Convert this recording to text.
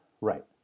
Right